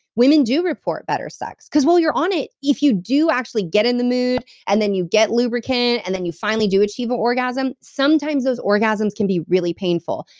women do report better sex. because while you're on it, if you do actually get in the mood and then you get lubricant, and then you finally do achieve an orgasm sometimes those orgasms can be really painful.